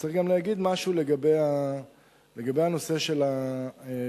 צריך גם להגיד משהו לגבי הנושא של העיסוק